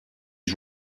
his